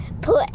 put